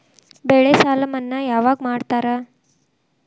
ಬೆಳೆ ಸಾಲ ಮನ್ನಾ ಯಾವಾಗ್ ಮಾಡ್ತಾರಾ?